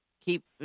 Keep